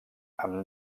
amb